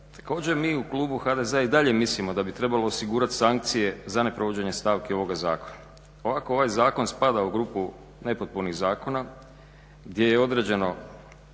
Također, mi u klubu HDZ-a i dalje mislimo da bi trebalo osigurati sankcije za ne provođenje stavke ovoga zakona. Ovako ovaj zakon spada u grupu nepotpunih zakona gdje su određene